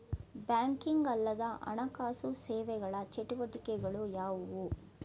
Banking ಅಲ್ಲದ ಹಣಕಾಸು ಸೇವೆಗಳ ಚಟುವಟಿಕೆಗಳು ಯಾವುವು?